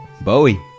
Bowie